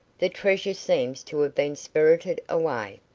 the treasure seems to have been spirited away.